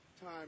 ...time